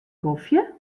kofje